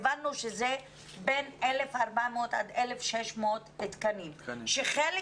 הבנו שזה בין 1,400 עד 1,600 תקנים שחלק